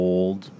Old